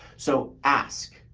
so ask,